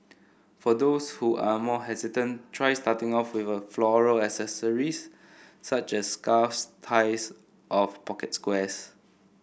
for those who are more hesitant try starting off with floral accessories such as scarves ties of pocket squares